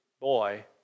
boy